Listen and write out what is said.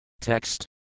TEXT